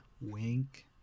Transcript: Wink